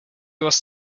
was